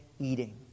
eating